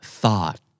thought